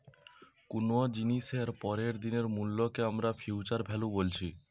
কুনো জিনিসের পরের দিনের মূল্যকে আমরা ফিউচার ভ্যালু বলছি